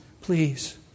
please